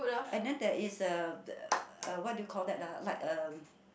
and then there is a the uh what do you call that ah like a